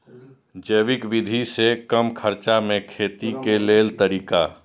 जैविक विधि से कम खर्चा में खेती के लेल तरीका?